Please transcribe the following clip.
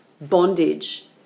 bondage